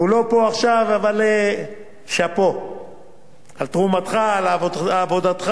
הוא לא פה עכשיו, אבל שאפו על תרומתך, על עבודתך.